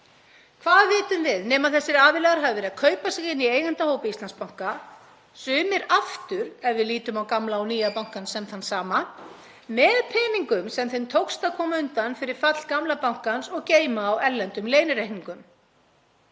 Hvað vitum við nema þessir aðilar hafi verið að kaupa sig inn í eigendahóp Íslandsbanka, sumir aftur ef við lítum á gamla og nýja bankann sem þann sama, með peningum sem þeim tókst að koma undan fyrir fall gamla bankans og geyma á erlendum leynireikningum?